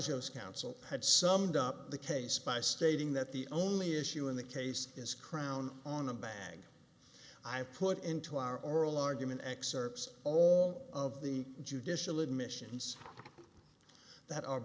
those counts will had summed up the case by stating that the only issue in the case is crown on a bag i put into our oral argument excerpts all of the judicial admissions that are